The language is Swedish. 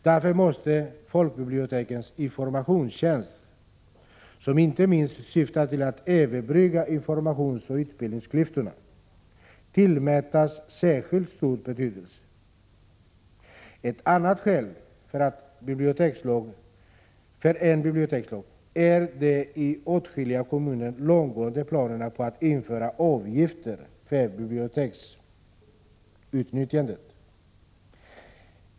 Därför måste folkbibliotekens informationstjänst — som inte minst syftar till att överbrygga informationsoch utbildningsklyftorna — tillmätas särskilt stor betydelse. Ett annat skäl för en bibliotekslag är de i åtskilliga kommuner långtgående planerna på att införa avgifter för biblioteksutnyttjandet.